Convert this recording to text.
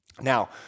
Now